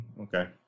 okay